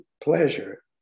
pleasure